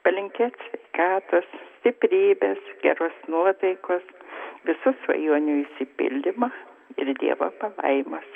palinkėt sveikatos stiprybės geros nuotaikos visų svajonių išsipildymo ir dievo palaimos